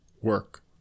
work